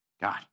God